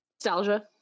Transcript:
Nostalgia